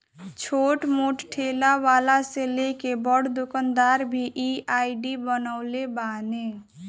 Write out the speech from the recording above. छोट मोट ठेला वाला से लेके बड़ दुकानदार भी इ आई.डी बनवले बाने